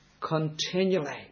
Continually